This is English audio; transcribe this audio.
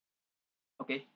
okay